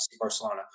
Barcelona